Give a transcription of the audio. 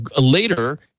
later